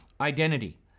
identity